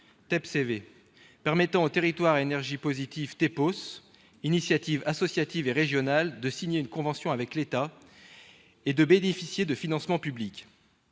TEPCV -, permettant aux territoires à énergie positive- ou TEPOS -, ces initiatives associatives et régionales, de signer une convention avec l'État et de bénéficier de financements publics.